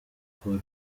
col